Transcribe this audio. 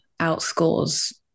outscores